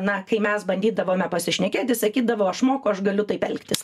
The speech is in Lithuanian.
na kai mes bandydavome pasišnekėti sakydavo aš moku aš galiu taip elgtis